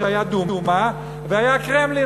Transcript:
שהיה הדומא והיה הקרמלין.